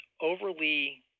overly